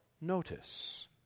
notice